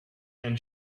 and